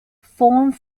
formed